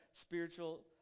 spiritual